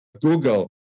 google